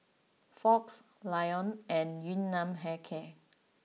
Fox Lion and Yun Nam Hair Care